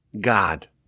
God